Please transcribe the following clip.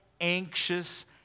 anxious